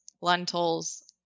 lentils